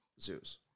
Zeus